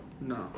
No